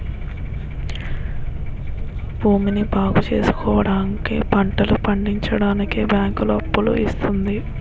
భూమిని బాగుచేసుకోవడానికి, పంటలు పండించడానికి బ్యాంకులు అప్పులు ఇస్తుంది